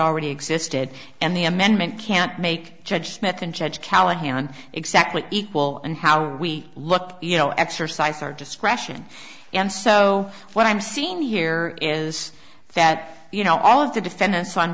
already existed and the amendment can't make judge smith and judge callahan exactly equal and how we look you know exercised her discretion and so what i'm seeing here is that you know all of the defendants on